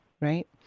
right